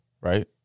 right